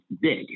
big